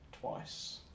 twice